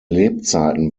lebzeiten